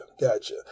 Gotcha